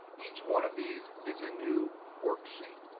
each one of these is a new worksheet.